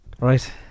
Right